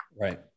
Right